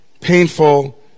painful